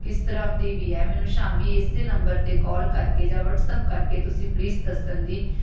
ਕਿਸ ਤਰ੍ਹਾਂ ਦੀ ਵੀ ਹੈ ਮੈਨੂੰ ਸ਼ਾਮੀ ਇਸ ਨੰਬਰ 'ਤੇ ਕਾਲ ਕਰਕੇ ਜਾਂ ਵਟਸਐਪ ਕਰਕੇ ਤੁਸੀਂ ਪਲੀਜ਼ ਦੱਸਣ ਦੀ